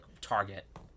Target